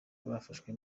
bafashwe